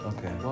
Okay